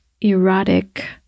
erotic